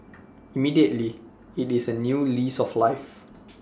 immediately IT is A new lease of life